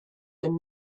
and